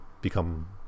become